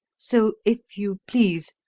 so, if you please,